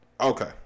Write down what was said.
Okay